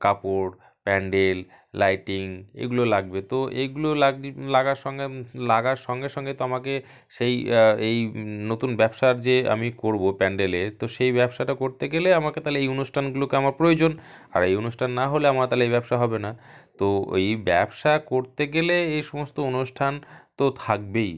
কাপড় প্যান্ডেল লাইটিং এগুলো লাগবে তো এইগুলো লাগার সঙ্গে লাগার সঙ্গে সঙ্গে তো আমাকে সেই এই নতুন ব্যবসার যে আমি করব প্যান্ডেলের তো সেই ব্যবসাটা করতে গেলে আমাকে তাহলে এই অনুষ্ঠানগুলোকে আমার প্রয়োজন আর এই অনুষ্ঠান না হলে আমার তাহলে এই ব্যবসা হবে না তো এই ব্যবসা করতে গেলে এ সমস্ত অনুষ্ঠান তো থাকবেই